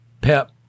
Pep